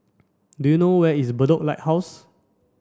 do you know where is Bedok Lighthouse